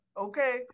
Okay